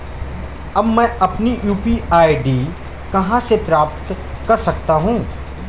अब मैं अपनी यू.पी.आई आई.डी कहां से प्राप्त कर सकता हूं?